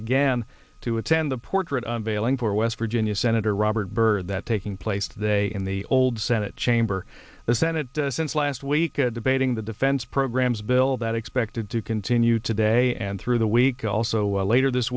again to attend the portrait unveiling for west virginia senator robert byrd that taking place today in the old senate chamber the senate since last week of debating the defense programs bill that expected to continue today and through the week also later this